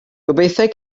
gobeithio